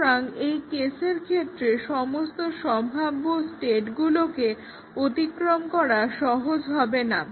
সুতরাং এই কেসের ক্ষেত্রে সমস্ত সম্ভাব্য স্টেটগুলোকে অতিক্রম করা সহজ হবে না